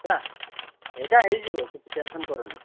ହେଲା ସେଇଟା ହେଇଯିବ କିଛି ଟେନସନ୍ କରନି